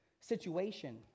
situation